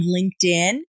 LinkedIn